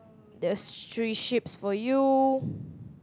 there's three ships for you